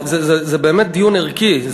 זה באמת דיון ערכי.